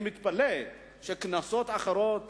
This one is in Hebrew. אני מתפלא שכנסות אחרות